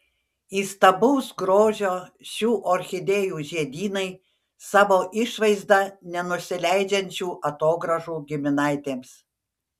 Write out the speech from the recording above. įstabaus grožio šių orchidėjų žiedynai savo išvaizda nenusileidžiančių atogrąžų giminaitėms